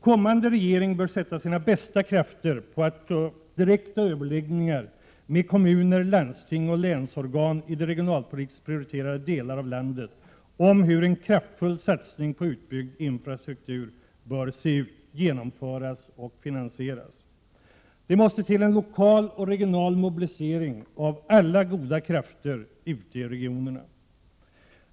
Kommande regering bör sätta sina bästa krafter på att ta upp direkta överläggningar med kommuner, landsting och länsorgan i de regionalpolitiskt prioriterade delarna av landet om hur en kraftfull satsning på utbyggd infrastruktur bör se ut, genomföras och finansieras. Det måste till en lokal och regional mobilisering av alla goda krafter ute i regionerna.